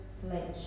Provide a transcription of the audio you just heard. sledge